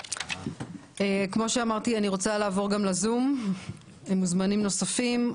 כמו שאמרתי אני רוצה לעבור לזום למוזמנים נוספים.